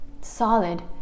solid